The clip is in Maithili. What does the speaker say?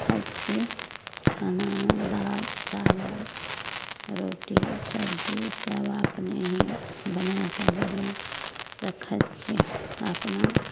खाइत छियै खानामे दालि चाबल रोटी सबजी सब अपने ही बनाएके बढ़िआँ से खाइत छियै अपना